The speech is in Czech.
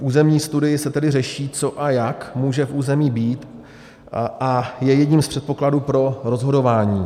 V územní studii se tedy řeší, co a jak může v území být, a je jedním z předpokladů pro rozhodování.